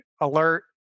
alert